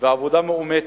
ועבודה מאומצת,